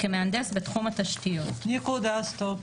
כמהנדס בתחום התשתיות"; נקודה, עצור.